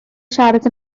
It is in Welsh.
siarad